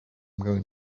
going